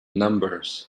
numbers